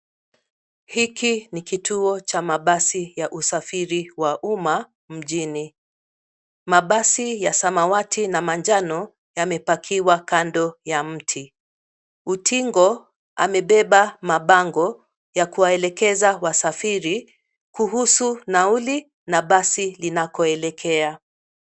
Hiki ni kituo cha mabasi ya usafiri wa umma mjini. Mabasi ya samawati na manjano yamepakiwa kando ya mti. Utingo amebeba mabango ya kuwaelekeza wasafiri kuhusu nauli na basi linakoelekea.